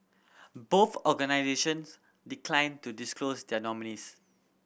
both organisations declined to disclose their nominees